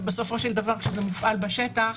ובסופו של דבר כשזה מופעל בשטח